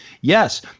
Yes